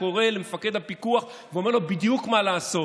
קורא למפקד הפיקוח ואומר לו בדיוק מה לעשות.